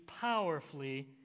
powerfully